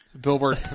Billboard